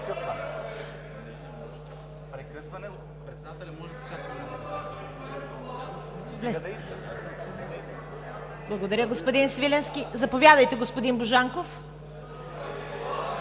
Благодаря, господин Свиленски. Заповядайте, господин Божанков.